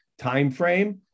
timeframe